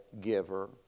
giver